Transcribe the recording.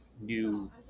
new